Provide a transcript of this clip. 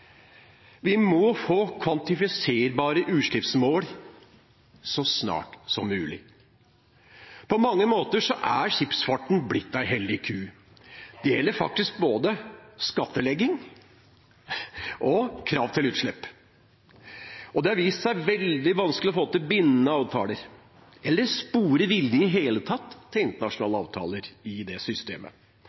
Vi må få kvantifiserbare utslippsmål så snart som mulig. På mange måter er skipsfarten blitt en hellig ku. Det gjelder faktisk både skattlegging og krav til utslipp. Det har vist seg veldig vanskelig å få til bindende avtaler, eller i det hele tatt å spore vilje til internasjonale avtaler i det systemet.